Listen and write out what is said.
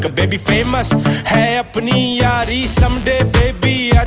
ah baby. famous hai apni yaari some day baby